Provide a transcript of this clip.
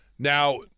Now